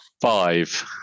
Five